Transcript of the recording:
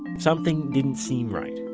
something didn't seem right.